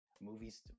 movies